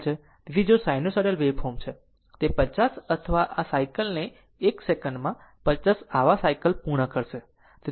તેથી જો sinusoidal waveform છે તેથી તે 50 આવા સાયકલ ને 1 સેકન્ડમાં 50 આવા સાયકલ પૂર્ણ કરશે